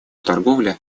торговля